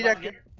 yeah get